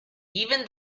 even